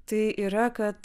tai yra kad